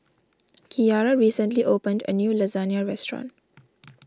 Kiarra recently opened a new Lasagna restaurant